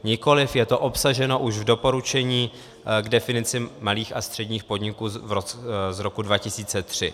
Nikoliv, je to obsaženo už v doporučení k definici malých a středních podniků z roku 2003.